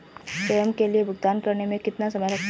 स्वयं के लिए भुगतान करने में कितना समय लगता है?